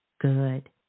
good